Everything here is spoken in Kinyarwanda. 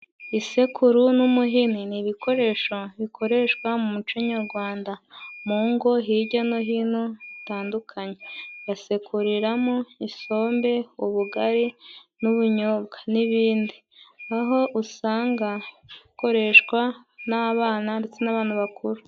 Isekuru n'umuhini ni ibikoresho bikoreshwa mu muco nyarwanda. Mu ngo hirya no hino zitandukanye, basekurimo isombe, ubugari n'ubunyobwa n'ibindi, aho usanga bikoreshwa n'abana ndetse n'abantu bakuru.